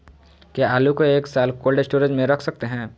क्या आलू को एक साल कोल्ड स्टोरेज में रख सकते हैं?